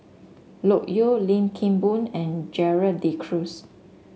Loke Yew Lim Kim Boon and Gerald De Cruz